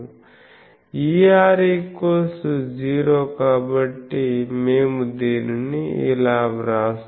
Er ≃0 కాబట్టి మేము దీనిని ఇలా వ్రాస్తున్నాము